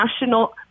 national